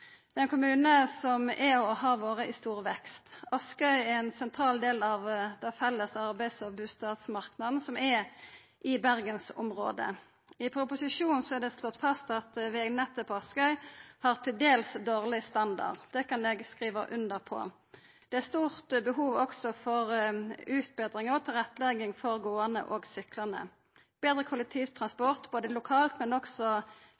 Det er ein kommune som er og har vore i stor vekst. Askøy er ein sentral del av den felles arbeids- og bustadmarknaden som er i bergensområdet. I proposisjonen er det slått fast at vegnettet på Askøy har til dels dårleg standard. Det kan eg skriva under på. Det er også stort behov for utbetring og tilrettelegging for gåande og syklande. Betre